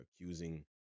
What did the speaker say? accusing